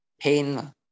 pain